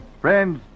Friends